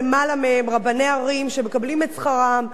שמקבלים את שכרם מהרשות המקומית,